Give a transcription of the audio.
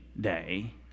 day